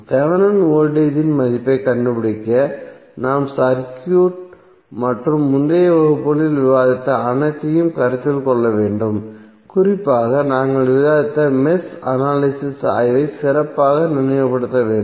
Thevenin voltage இன் மதிப்பைக் கண்டுபிடிக்க நாம் சர்க்யூட் மற்றும் முந்தைய வகுப்புகளில் விவாதித்த அனைத்தையும் கருத்தில் கொள்ள வேண்டும் குறிப்பாக நாங்கள் விவாதித்த மெஷ் அனலிசிஸ் ஆய்வை சிறப்பாக நினைவுபடுத்த வேண்டும்